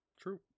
True